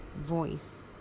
voice